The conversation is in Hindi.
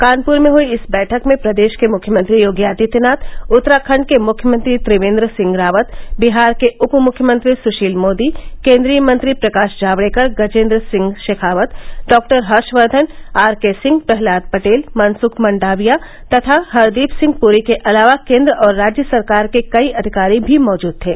कानपुर में हई इस बैठक में प्रदेश के मुख्यमंत्री योगी आदित्यनाथ उत्तराखंड के मुख्यमंत्री त्रिवेन्द्र सिंह रावत बिहार के उपमुख्यमंत्री सुशील मोदी केन्द्रीय मंत्री Prakash Javadekar Gajendra Singh Shekhawat doctor Harshvardhan R K Singh Prahlad Patel Mansukh Mandaviya तथा हरदीप सिंह पूरी के अलावा केन्द्र और राज्य सरकार के कई अधिकारी भी मौजूद थे